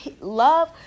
Love